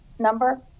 number